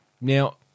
now